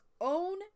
own